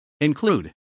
include